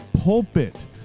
pulpit